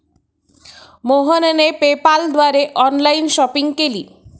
मोहनने पेपाल द्वारे online shopping केली